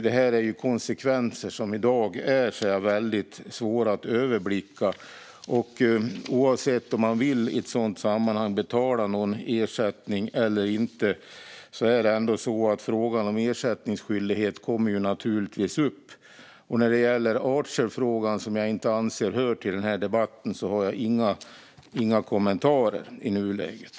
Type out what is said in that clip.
Det här är konsekvenser som i dag är svåra att överblicka, och oavsett om man vill betala någon ersättning eller inte kommer frågan om ersättningsskyldighet naturligtvis upp. När det gäller Archerfrågan, som jag inte anser hör till den här debatten, har jag inga kommentarer i nuläget.